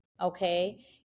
okay